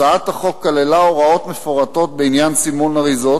הצעת החוק כללה הוראות מפורטות בעניין סימון אריזות.